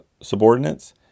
subordinates